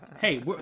hey